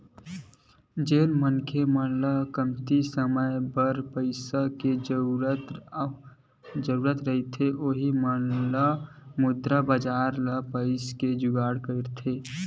जेन मनखे मन ल कमती समे बर पइसा के जरुरत रहिथे ओ मन ह मुद्रा बजार ले पइसा के जुगाड़ करथे